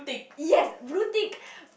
yes blue tick